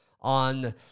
on